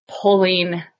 pulling